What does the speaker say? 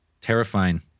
Terrifying